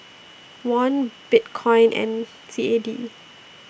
Won Bitcoin and C A D